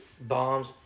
bombs